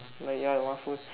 where ya one fruit